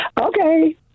Okay